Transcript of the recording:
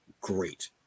great